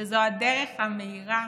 וזו הדרך המהירה